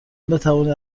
بتوانید